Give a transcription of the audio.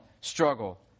struggle